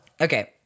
Okay